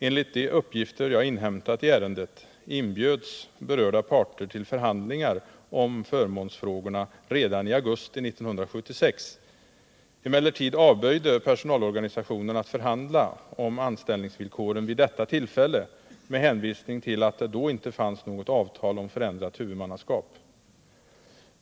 Enligt de uppgifter jag inhämtat i ärendet inbjöds berörda parter till förhandlingar om förmånsfrågorna redan i augusti 1976. Dock avböjde personalorganisationerna att förhandla om anställningsvillkoren vid detta tillfälle med hänvisning till att det då inte fanns något avtal om förändrat huvudmannaskap.